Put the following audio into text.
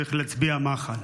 צריך להצביע מחל.